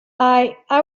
i—i